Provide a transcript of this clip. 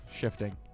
shifting